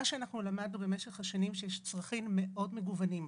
מה שלמדנו במשך השנים, שיש צרכים מאוד מגוונים.